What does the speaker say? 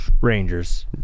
Rangers